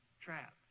trapped